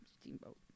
Steamboat